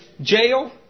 Jail